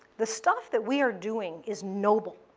the stuff that we are doing is noble.